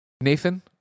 Nathan